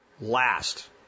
Last